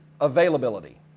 availability